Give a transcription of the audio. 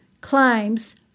climbs